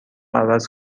عوض